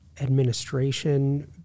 administration